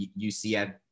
UCF